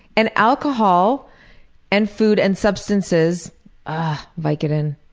and alcohol and food and substances vicodin,